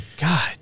God